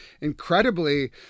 incredibly